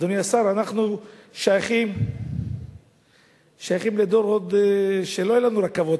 אדוני השר, אנחנו שייכים לדור שלא היו לנו רכבות.